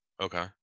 okay